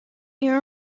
you